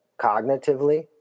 cognitively